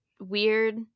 weird